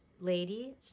lady